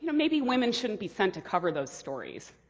maybe women shouldn't be sent to cover those stories.